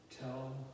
tell